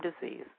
disease